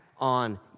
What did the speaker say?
on